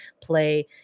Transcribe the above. play